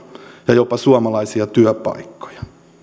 ja jopa suomalaisia työpaikkoja